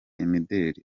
imideli